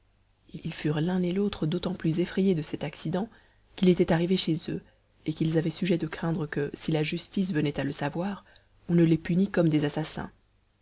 ils furent l'un et l'autre d'autant plus effrayés de cet accident qu'il était arrivé chez eux et qu'ils avaient sujet de craindre que si la justice venait à le savoir on ne les punît comme des assassins